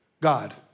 God